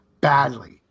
badly